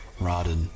Rotted